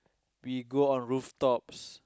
we go on rooftops